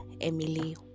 Emily